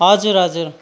हजुर हजुर